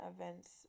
events